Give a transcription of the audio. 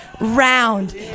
round